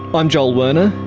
i'm joel werner.